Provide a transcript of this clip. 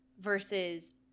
versus